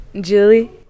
Julie